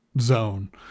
zone